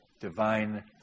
divine